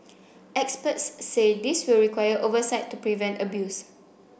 experts say this will require oversight to prevent abuse